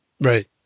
Right